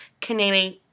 Canadian